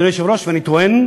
אדוני היושב-ראש, אני טוען: